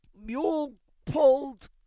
mule-pulled